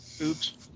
Oops